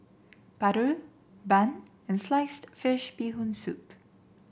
Paru Bun and Sliced Fish Bee Hoon Soup